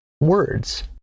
words